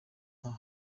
nta